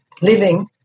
living